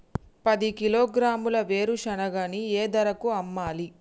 పది కిలోగ్రాముల వేరుశనగని ఏ ధరకు అమ్మాలి?